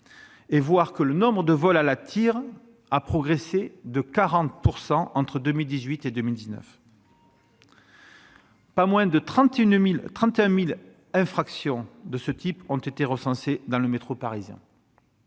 Paris, le nombre de vols à la tire ait progressé de 40 % entre 2018 et 2019. Pas moins de 31 000 infractions de ce type ont été recensées dans le métro parisien.